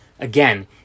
Again